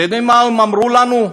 אתה יודע מה הם אמרו לנו?